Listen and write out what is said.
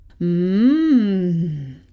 Mmm